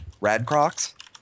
radcrocs